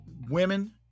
women